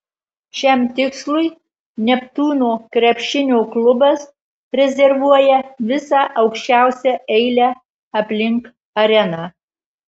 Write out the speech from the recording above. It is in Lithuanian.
šiam tikslui neptūno krepšinio klubas rezervuoja visą aukščiausią eilę aplink areną